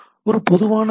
ஒரு பொதுவான ஹெச்